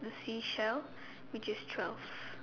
seashells which is twelve